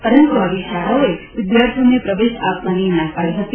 પરંતુ આવી શાળાઓએ વિદ્યાર્થીઓને પ્રવેશ આપવાની ના પાડી હતી